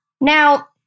Now